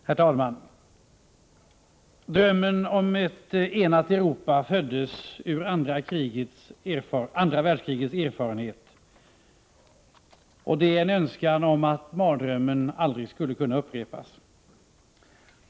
Herr talman! Drömmen om ett enat Europa föddes ur andra världskrigets erfarenhet och är en önskan om att mardrömmen aldrig skall kunna upprepas.